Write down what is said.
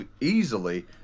easily